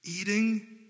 Eating